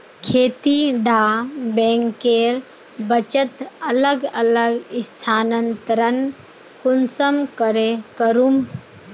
खेती डा बैंकेर बचत अलग अलग स्थानंतरण कुंसम करे करूम?